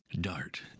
Dart